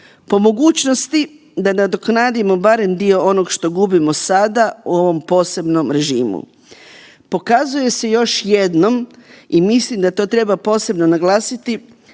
Po mogućnosti da nadoknadimo barem dio onog što gubimo sada u ovom posebnom režimu. Pokazuje se još jednom i mislim da to treba posebno naglasiti